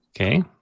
Okay